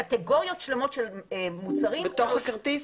קטגוריות שלמות של מוצרים בתוך הכרטיס?